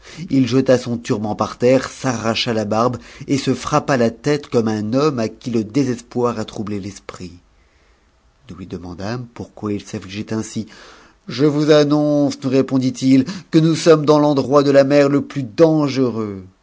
ji jeta son turban par ïp s'arracha la barbe et se frappa la tête comme un homme à qui le scspoir a troumé l'esprit nous lui demandâmes pourquoi il s'affligeait je vous annonce nous répondit-il que nous sommes dans l'endroit de la mer le plus dangereux